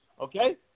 okay